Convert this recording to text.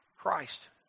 Christ